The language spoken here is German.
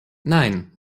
nein